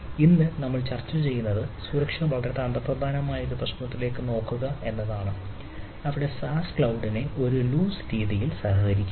ഇന്ന് നമ്മൾ ചർച്ചചെയ്യുന്നത് സുരക്ഷയുടെ വളരെ തന്ത്രപരമായ ഒരു പ്രശ്നത്തിലേക്ക് നോക്കുക എന്നതാണ് അവിടെ SaaS ക്ലൌഡിനെ ഒരു ലൂസ് രീതിയിൽ സഹകരിക്കുന്നു